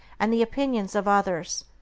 and the opinions of others,